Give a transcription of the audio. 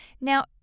Now